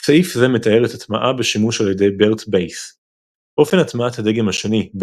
סעיף זה מתאר את ההטמעה בשימוש על ידי BERT BASE. אופן הטמעת הדגם השני,